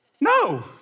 No